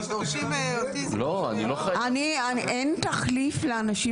אתם דורשים אוטיזם --- אין תחליף לאנשים